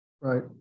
right